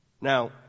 now